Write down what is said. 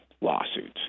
lawsuits